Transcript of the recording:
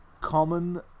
Common